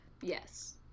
Yes